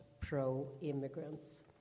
pro-immigrants